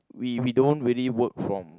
we we don't really work from